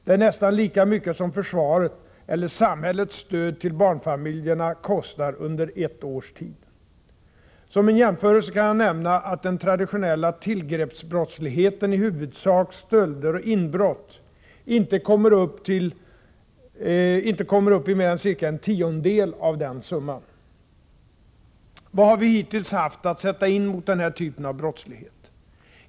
Det är nästan lika mycket som försvaret eller samhällets stöd till barnfamiljerna kostar oss under ett års tid. Som en jämförelse kan jag nämna att den traditionella tillgreppsbrottsligheten, i huvudsak stölder och inbrott, inte kommer upp i mer än ca en tiondel av den summan. Vad har vi hittills haft att sätta in mot den här typen av brottslighet?